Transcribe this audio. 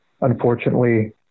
unfortunately